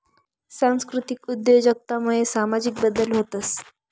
सांस्कृतिक उद्योजकता मुये सामाजिक बदल व्हतंस